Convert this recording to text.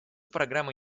программа